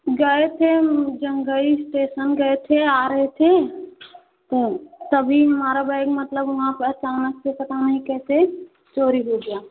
गए थे जंघई स्टेसन गए थे आ रहे थे तो तभी हमारा बैग मतलब वहाँ पर अचानक से पता नहीं कैसे चोरी हो गया